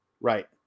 Right